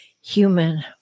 human